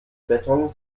beton